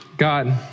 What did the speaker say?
God